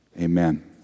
amen